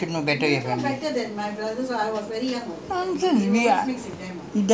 I visit your house should I you should know better or I should know better you tell me